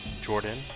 jordan